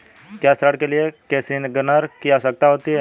क्या ऋण के लिए कोसिग्नर की आवश्यकता होती है?